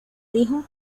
dijo